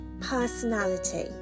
personality